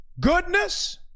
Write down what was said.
Goodness